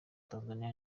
tanzania